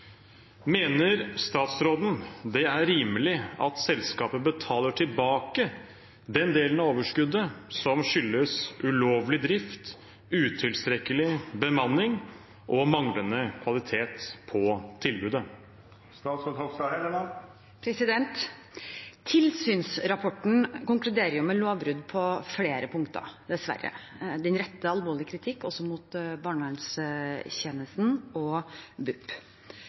Mener statsråden det er rimelig at selskapet betaler tilbake den delen av overskuddet som skyldes ulovlig drift, utilstrekkelig bemanning og manglende kvalitet på tilbudet?» Tilsynsrapporten konkluderer med lovbrudd på flere punkter, dessverre. Den retter også alvorlig kritikk mot barnevernstjenesten og BUP.